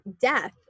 death